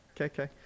okay